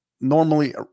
Normally